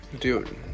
Dude